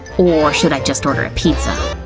or should i just order a pizza?